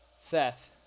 Seth